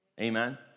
Amen